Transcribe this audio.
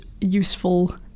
useful